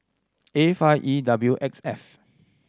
A five E W X F